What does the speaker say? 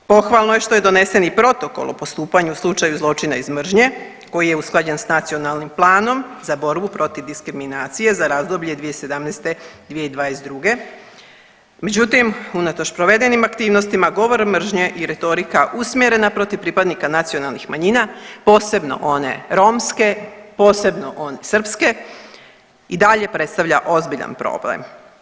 Pohvalno je što je donesen i Protokol o postupanju u slučaju zločina iz mržnje koji je usklađen s Nacionalnim planom za borbu protiv diskriminacije za razdoblje 2017.-2022., međutim unatoč provedenim aktivnostima govor mržnje i retorika usmjerena protiv pripadnika nacionalnih manjina posebno one romske, posebno one srpske i dalje predstavlja ozbiljan problem.